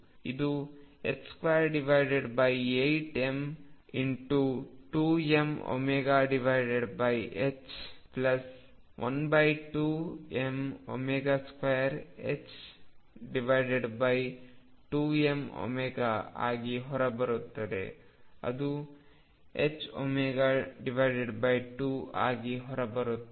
ಇದು 28m2mω12m22mω ಆಗಿ ಹೊರಬರುತ್ತದೆ ಅದು ℏω2 ಆಗಿ ಹೊರಬರುತ್ತದೆ